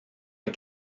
les